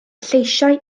lleisiau